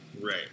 Right